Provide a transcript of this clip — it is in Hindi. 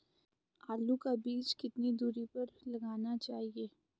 आलू का बीज कितनी दूरी पर लगाना चाहिए?